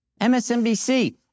MSNBC